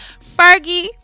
fergie